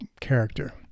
character